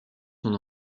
son